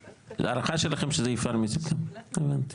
להערכה שלכם שזה יפעל מספטמבר, הבנתי.